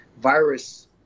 virus